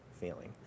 feeling